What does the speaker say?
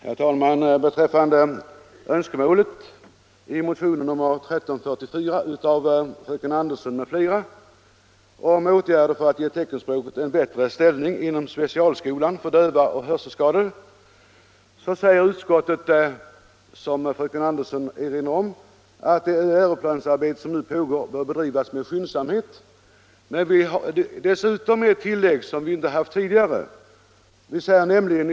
Herr talman! Beträffande önskemålet i motionen 1344 av fröken Andersson m.fl. om åtgärder för att ge teckenspråket en bättre ställning inom specialskolan för döva och hörselskadade säger utskottet, som fröken Andersson erinrar om, att det utredningsarbete som nu pågår bör bedrivas med skyndsamhet. Dessutom finns ett tillägg som inte förekommit i tidigare betänkanden.